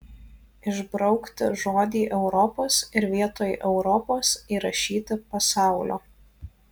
išbraukti žodį europos ir vietoj europos įrašyti pasaulio